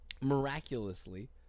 miraculously